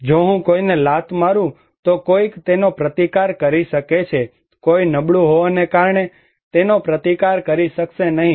જો હું કોઈને લાત મારું તો કોઈક તેનો પ્રતિકાર કરી શકે છે કોઈ નબળું હોવાને કારણે તેનો પ્રતિકાર કરી શકશે નહીં